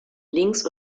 links